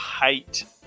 hate